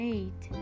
Eight